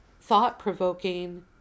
thought-provoking